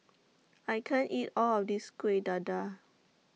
I can't eat All of This Kueh Dadar